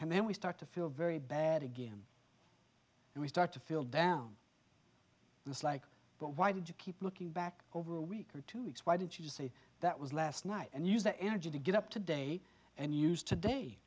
and then we start to feel very bad again and we start to feel down the slike but why did you keep looking back over a week or two weeks why didn't you say that was last night and use the energy to get up today and use today